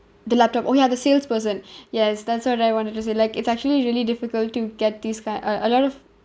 the laptop oh ya the salesperson yes that's what I wanted to say like it's actually really difficult to get this kind uh a lot of